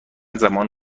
زمان